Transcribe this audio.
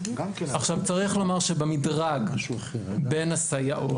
צריך לומר שבמדרג בין הסייעות,